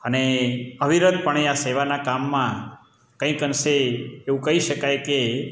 અને અવિરત પણે આ સેવાના કામમાં કંઈક અંશે એવું કહી શકાય કે